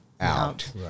out